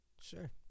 Sure